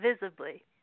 visibly